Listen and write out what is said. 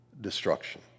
destruction